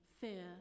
fear